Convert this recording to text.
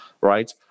right